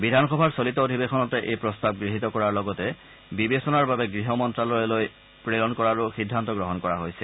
বিধানসভাৰ চলিত অধিৱেশনতে এই প্ৰস্তাৱ গহীত কৰাৰ লগতে বিবেচনাৰ বাবে গৃহ মন্ত্যালয়লৈ প্ৰেৰণ কৰাৰো সিদ্ধান্ত গ্ৰহণ কৰা হৈছে